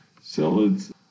salads